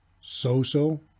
so-so